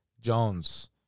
Jones